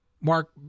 Mark